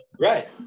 right